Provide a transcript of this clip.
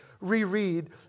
reread